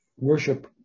worship